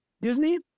Disney